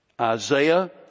Isaiah